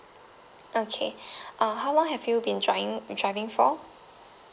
okay uh how long have you been driving driving for